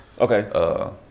Okay